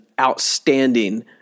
outstanding